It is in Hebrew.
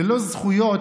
ללא זכויות,